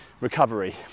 Recovery